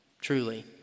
truly